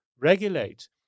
regulate